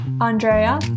Andrea